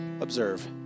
observe